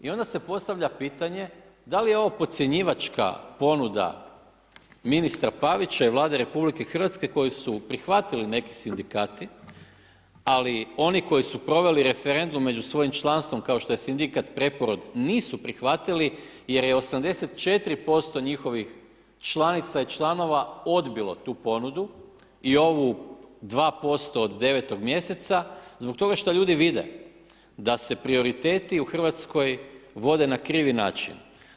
I onda se postavlja pitanje, da li je ovo podcjenjivačka ponuda ministra Pavića i Vlade RH koju su prihvatili neki sindikati, ali oni koji su proveli referendum među svojim članstvom kao što je Sindikat Preporod nisu prihvatili jer je 84% njihovih članica i članica odbilo tu ponudu i ovu 2% od 9 mjeseca zbog toga što ljudi vide da se prioriteti u Hrvatskoj vode na krivi način.